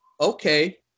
okay